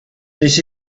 this